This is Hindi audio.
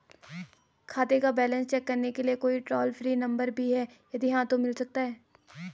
खाते का बैलेंस चेक करने के लिए कोई टॉल फ्री नम्बर भी है यदि हाँ तो मिल सकता है?